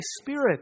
Spirit